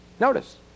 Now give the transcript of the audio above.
Notice